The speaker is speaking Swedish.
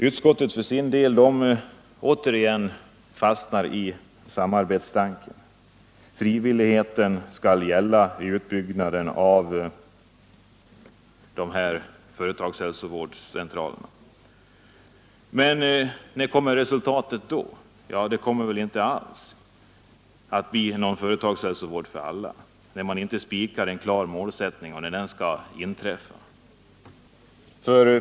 Utskottet för sin del fastnar återigen i samarbetstanken. Frivilligheten skall gälla i utbyggnaden av de här företagshälsovårdscentralerna. Men när kommer resultatet då? Ja, det kommer väl inte alls att bli någon företagshälsovård för alla när man inte spikar en klar målsättning och när den skall uppfyllas.